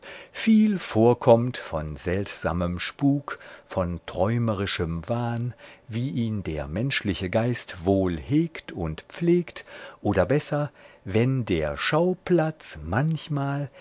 viel vorkommt von seltsamem spuk von träumerischem wahn wie ihn der menschliche geist wohl hegt und pflegt oder besser wenn der schauplatz manchmal